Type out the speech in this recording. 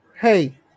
hey